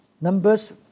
Numbers